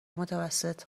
متوسط